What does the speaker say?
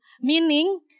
meaning